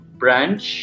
branch